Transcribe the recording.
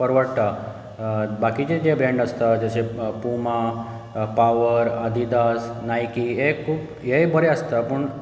परवडटा बाकीचे जे ब्रॅंड आसता जशे पुमा पावर आदिदास नायकी हे खूब हेय बरे आसता पूण